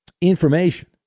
information